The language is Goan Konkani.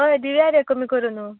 हय दिया रे कमी करून